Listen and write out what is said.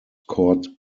cord